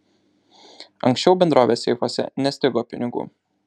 anksčiau bendrovės seifuose nestigo pinigų